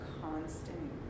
constant